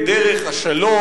את דרך השלום,